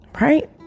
Right